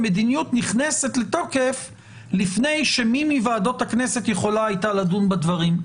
המדיניות נכנסת לתוקף לפני שמי מוועדות הכנסת יכולה הייתה לדון בדברים.